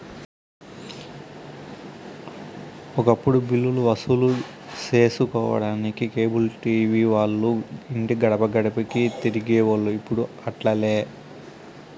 ఒకప్పుడు బిల్లులు వసూలు సేసుకొనేదానికి కేబుల్ టీవీ వాల్లు ఇంటి గడపగడపకీ తిరిగేవోల్లు, ఇప్పుడు అట్లాలే